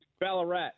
Ballarat